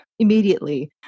immediately